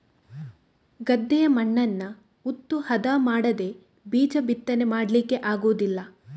ಗದ್ದೆಯ ಮಣ್ಣನ್ನ ಉತ್ತು ಹದ ಮಾಡದೇ ಬೀಜ ಬಿತ್ತನೆ ಮಾಡ್ಲಿಕ್ಕೆ ಆಗುದಿಲ್ಲ